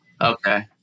Okay